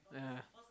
yeah